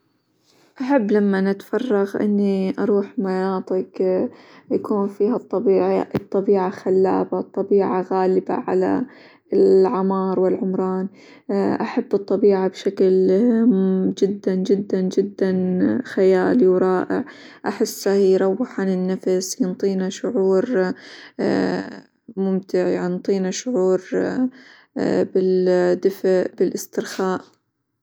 أحب لمًا أتفرغ إني أروح مناطق يكون فيها -الطبيعة- الطبيعة خلابة، الطبيعة غالبة على العمار، والعمران، أحب الطبيعة بشكل جدًا جدًا جدًا خيالي، ورائع، أحسه يروح عن النفس ينطينا شعور ممتع، ينطينا شعور بالدفء، بالاسترخاء.